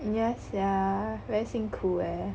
yeah sia very 幸苦 leh